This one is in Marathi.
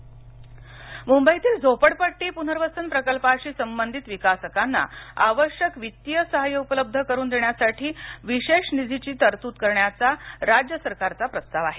झोपडपट्टी पनर्वसन मुंबईतील झोपडपट्टी पुनर्वसन प्रकल्पाशी संबंधित विकासकांना आवश्यक वित्तीय साह्य उपलब्ध करून देण्यासाठी विशेष निधी ची तरतूद करण्याचा राज्य सरकारचा प्रस्ताव आहे